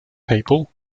people